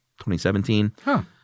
2017